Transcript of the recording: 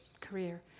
career